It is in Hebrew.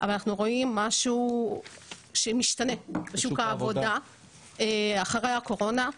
אבל אנחנו רואים משהו שמשתנה בשוק העבודה אחרי הקורונה.